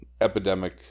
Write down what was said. epidemic